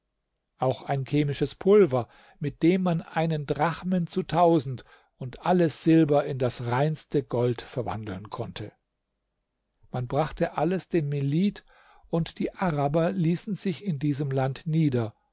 auch ein chemisches pulver mit dem man einen drachmen zu tausend und alles silber in das reinste gold verwandeln konnte man brachte alles dem melid und die araber ließen sich in diesem land nieder